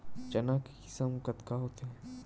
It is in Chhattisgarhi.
चना के किसम कतका होथे?